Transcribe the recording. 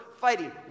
fighting